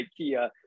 IKEA